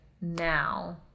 now